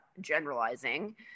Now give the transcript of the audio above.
generalizing